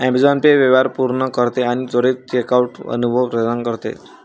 Amazon Pay व्यवहार पूर्ण करते आणि त्वरित चेकआउट अनुभव प्रदान करते